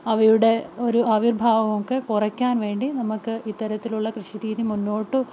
അവയുടെ ഒരു ആവിർഭാവം ഒക്കെ കുറയ്ക്കാൻ വേണ്ടി നമുക്ക് ഇത്തരത്തിലുള്ള കൃഷി രീതി മുന്നോട്ട്